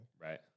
Right